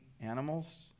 animals